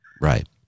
Right